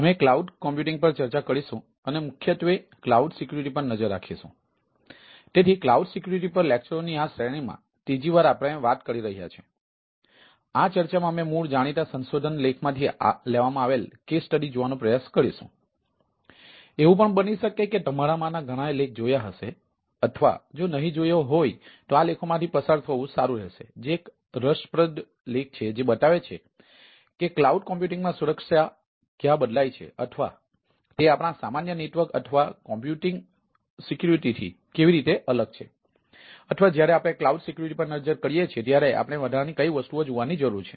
અમે cloud computing થી કેવી રીતે અલગ છે અથવા જ્યારે આપણે ક્લાઉડ સિક્યોરિટી પર નજર કરીએ છીએ ત્યારે આપણે વધારાની કઈ વસ્તુઓ જોવાની જરૂર છે